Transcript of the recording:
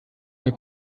der